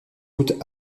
doute